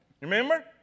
Remember